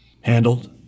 handled